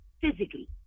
physically